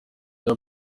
cya